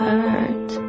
Hurt